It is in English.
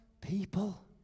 people